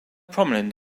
prominent